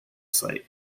site